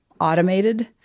automated